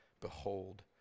Behold